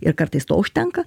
ir kartais to užtenka